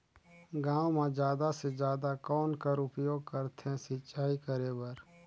गांव म जादा से जादा कौन कर उपयोग करथे सिंचाई करे बर?